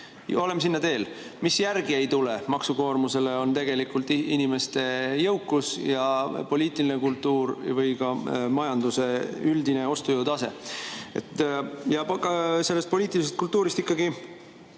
Oleme sinna teel. Mis järgi ei tule maksukoormusele, on tegelikult inimeste jõukus, poliitiline kultuur ja ka majanduse üldine ostujõu tase. Ja sellest poliitilisest kultuurist mul